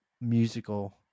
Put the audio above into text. musical